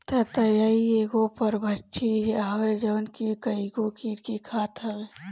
ततैया इ एगो परभक्षी हवे जवन की कईगो कीड़ा के खात हवे